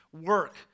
work